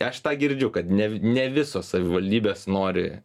aš tą girdžiu kad ne ne visos savivaldybės nori